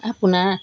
আপোনাৰ